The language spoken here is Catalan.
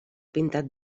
pintat